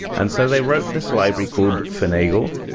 and so they wrote this library called finagle,